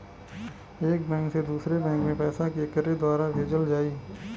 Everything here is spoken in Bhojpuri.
एक बैंक से दूसरे बैंक मे पैसा केकरे द्वारा भेजल जाई?